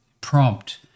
prompt